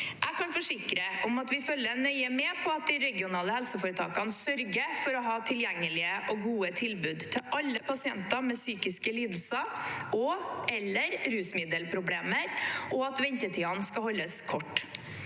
Jeg kan forsikre om at vi følger nøye med på at de regionale helseforetakene sørger for å ha tilgjengelige og gode tilbud til alle pasienter med psykiske lidelser og/eller rusmiddelproblemer, og at ventetidene skal holdes korte.